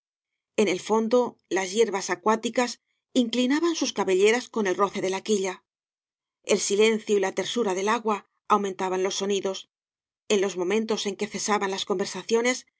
ea el fondo las hierbas acuáticas inclinaban sus cabelleras con el roce de la quíua ei silencio y la tersura del agua aumentaban loa sonidos ea los momentos en que cesaban las eonversacicnes